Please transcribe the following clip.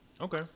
Okay